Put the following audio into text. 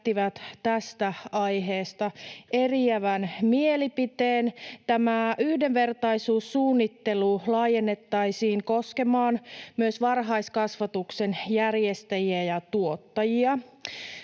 tästä aiheesta eriävän mielipiteen. Yhdenvertaisuussuunnittelu laajennettaisiin koskemaan myös varhaiskasvatuksen järjestäjiä ja tuottajia.